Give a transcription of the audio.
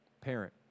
parent